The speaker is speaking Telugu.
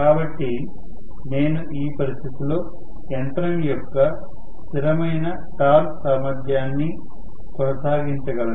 కాబట్టి నేను ఈ పరిస్థితిలో యంత్రం యొక్క స్థిరమైన టార్క్ సామర్థ్యాన్ని కొనసాగించగలను